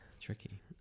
Tricky